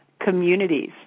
communities